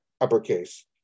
uppercase